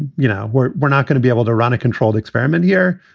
you know, we're we're not going to be able to run a controlled experiment here,